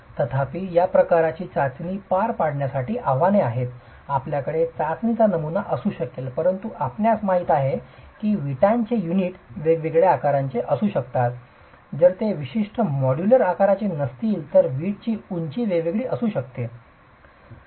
तथापि या प्रकारची चाचणी पार पाडण्यासाठी आव्हाने आहेत आपल्याकडे चाचणीचा नमुना असू शकेल परंतु आपणास माहित आहे की विटांचे युनिट वेगवेगळ्या आकाराचे असू शकतात जर ते विशिष्ट मॉड्यूलर आकाराचे नसतील तर वीटची उंची वेगवेगळी असू शकते